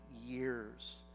Years